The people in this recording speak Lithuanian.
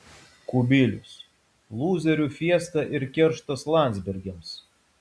kubilius lūzerių fiesta ir kerštas landsbergiams